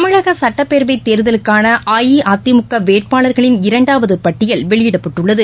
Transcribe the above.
தமிழக சட்டப்பேரவைத் தேர்தலுக்னன அஇஅதிமுக வேட்பாளர்களின் இரண்டாவது பட்டியல் வெளியிடப்பட்டுள்ளது